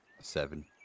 Seven